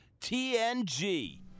TNG